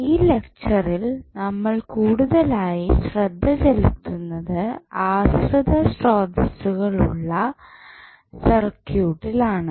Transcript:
ഈ ലെക്ച്ചറിൽ നമ്മൾ കൂടുതലായി ശ്രദ്ധ ചെലുത്തുന്നത് ആശ്രിത ശ്രോതസ്സുകൾ ഉള്ള സർക്യൂട്ടിൽ ആണ്